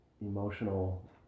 emotional